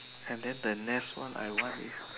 and then the next one I want is